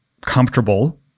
comfortable